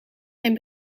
zijn